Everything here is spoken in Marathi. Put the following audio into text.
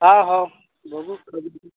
हं हो बघू कधी